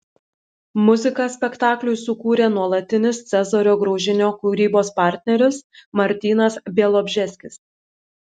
muziką spektakliui sukūrė nuolatinis cezario graužinio kūrybos partneris martynas bialobžeskis